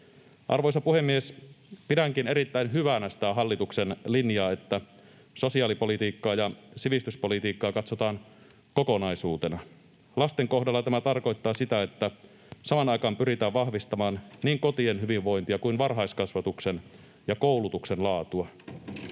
Arvoisa puhemies! Pidänkin erittäin hyvänä sitä hallituksen linjaa, että sosiaalipolitiikkaa ja sivistyspolitiikkaa katsotaan kokonaisuutena. Lasten kohdalla tämä tarkoittaa sitä, että samaan aikaan pyritään vahvistamaan niin kotien hyvinvointia kuin varhaiskasvatuksen ja koulutuksen laatua.